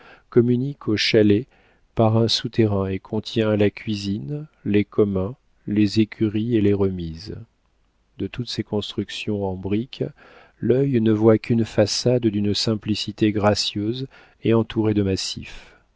communique au chalet par un souterrain et contient la cuisine les communs les écuries et les remises de toutes ces constructions en briques l'œil ne voit qu'une façade d'une simplicité gracieuse et entourée de massifs